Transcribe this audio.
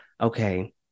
Okay